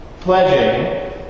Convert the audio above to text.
Pledging